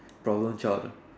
problem child